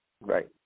Right